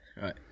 Right